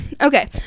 okay